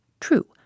True